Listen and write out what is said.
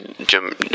Jim